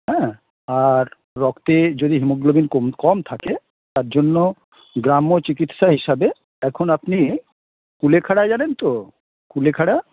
হ্যাঁ আর রক্তে যদি হিমোগ্লোবিন কম থাকে তার জন্য গ্রাম্য চিকিৎসা হিসাবে এখন আপনি কুলেখাড়া জানেন তো কুলেখাড়া